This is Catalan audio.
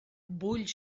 vull